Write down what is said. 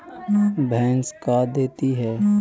भैंस का देती है?